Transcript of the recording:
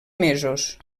mesos